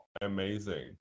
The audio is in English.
amazing